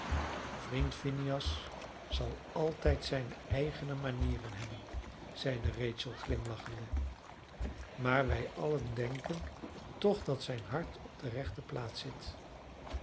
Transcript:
vriend phineas zal altijd zijne eigene manieren hebben zeide rachel glimlachende maar wij allen denken toch dat zijn hart op de rechte plaats zit